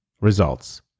results